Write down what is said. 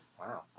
Wow